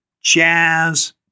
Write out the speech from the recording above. Jazz